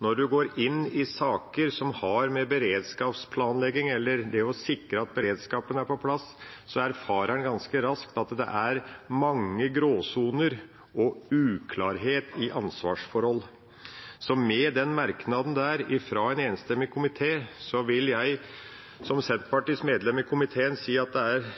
Når en går inn i saker som har å gjøre med beredskapsplanlegging eller det å sikre at beredskapen er på plass, erfarer en ganske raskt at det er mange gråsoner og uklarhet i ansvarsforhold. Så med denne merknaden fra en enstemmig komité vil jeg som Senterpartiets medlem i komiteen si at det er